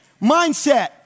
mindset